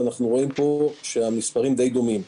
אנחנו רואים שהמספרים די דומים.